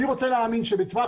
אני רוצה להאמין שבטווח